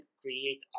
create